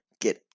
get